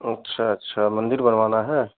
अच्छा अच्छा मंदिर बनवाना है